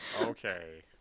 okay